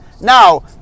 Now